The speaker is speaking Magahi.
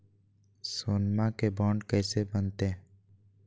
सोनमा के बॉन्ड कैसे बनते?